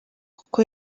kuko